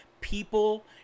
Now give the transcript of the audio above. People